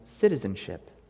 citizenship